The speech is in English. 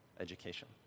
education